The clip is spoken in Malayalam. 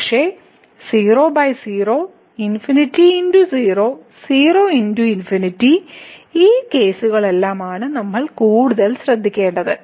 പക്ഷേ 00 ∞× 0 0 ×∞ ഈ കേസുകളെല്ലാം ആണ് നമ്മൾ കൂടുതൽ ശ്രദ്ധിക്കേണ്ടതുണ്ട്